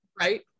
Right